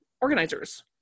Organizers